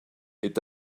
est